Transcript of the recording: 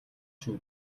шүү